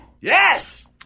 Yes